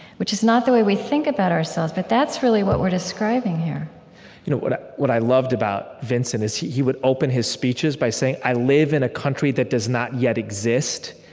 which is not the way we think about ourselves, but that's really what we're describing here you know what ah i loved about vincent is he would open his speeches by saying, i live in a country that does not yet exist.